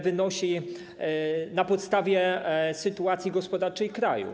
wynagrodzenie na podstawie sytuacji gospodarczej kraju.